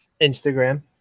Instagram